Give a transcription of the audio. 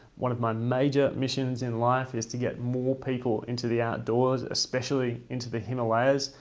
one of my major missions in life is to get more people into the outdoors especially into the himalayas.